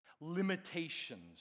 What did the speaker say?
limitations